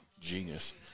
genius